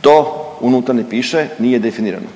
To unutra ne piše, nije definirano.